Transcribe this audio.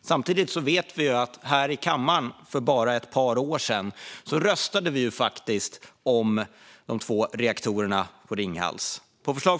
Samtidigt vet vi att vi här i kammaren för bara ett par år sedan faktiskt röstade om de två Ringhalsreaktorerna.